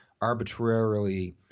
arbitrarily